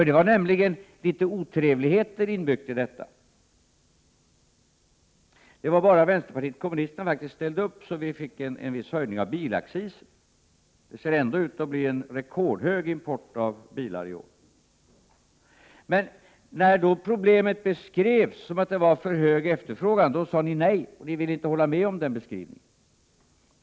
Det var nämligen litet otrevligheter inbyggt i förslaget. Det var bara vänsterpartiet kommunisterna som ställde upp, så att vi fick en viss höjning av bilaccisen. Men det ser ändå ut att bli en rekordhög import av bilar i år. När då problemet beskrevs som att efterfrågan var för hög, sade ni nej och ville inte hålla med om den beskrivningen.